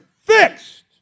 fixed